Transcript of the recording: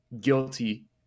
guilty